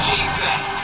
Jesus